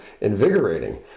invigorating